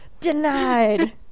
Denied